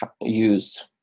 use